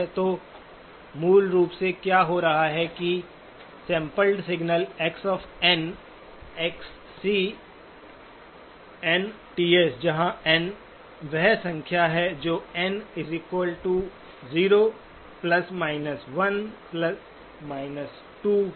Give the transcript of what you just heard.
तो मूल रूप से क्या हो रहा है कि sampled signal x n xc जहां n वह संख्या है जो n 0 1 2 है